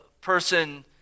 person